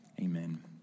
Amen